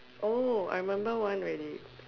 oh I remember one already